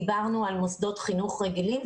דיברנו על מוסדות חינוך רגילים,